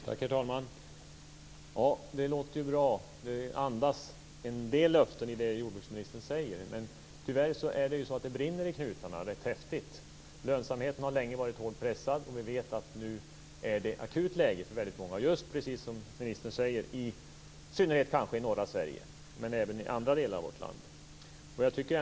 Herr talman! Det låter bra, och det andas en del löften i det som jordbruksministern säger. Men tyvärr brinner det i knutarna rätt häftigt. Lönsamheten har länge varit hårt pressad, och vi vet att läget nu är akut, precis som jordbruksministern säger, i synnerhet i norra Sverige men även i andra delar av vårt land.